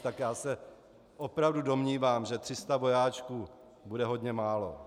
Tak já se opravdu domnívám, že 300 vojáčků bude hodně málo.